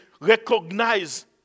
recognize